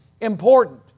important